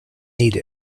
ate